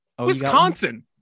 Wisconsin